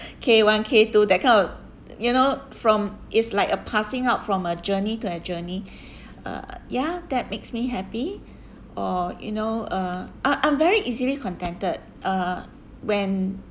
K one K two that kind of you know from it's like a passing out from a journey to a journey uh ya that makes me happy or you know uh ah I'm very easily contented uh when